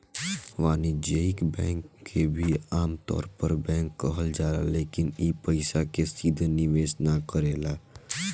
वाणिज्यिक बैंक के भी आमतौर पर बैंक कहल जाला लेकिन इ पइसा के सीधे निवेश ना करेला